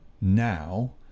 now